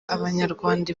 abanyarwanda